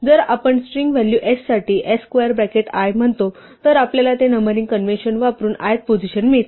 जर आपण string value s साठी s स्क्वेअर ब्रॅकेट i म्हणतो तर आपल्याला हे नंबरिंग कॉन्व्हेंशन वापरून ith पोझिशन मिळते